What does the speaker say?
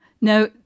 Now